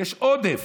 יש עודף.